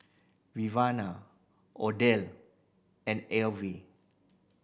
Odell and Elvie